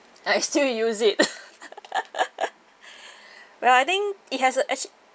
I still use it well I think it has a actually